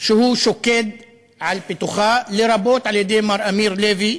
שהוא שוקד על פיתוחה, לרבות על-ידי מר אמיר לוי,